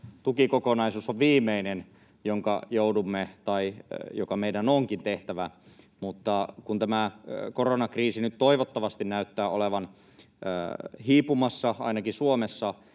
tukikokonaisuus on viimeinen, jonka joudumme tekemään tai joka meidän onkin tehtävä, mutta kun tämä koronakriisi nyt toivottavasti näyttää olevan hiipumassa ainakin Suomessa,